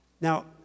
Now